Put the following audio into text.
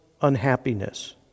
unhappiness